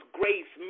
grace